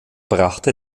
brachte